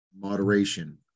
moderation